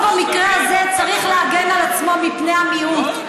במקרה הזה צריך להגן על עצמו מפני המיעוט.